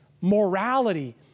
morality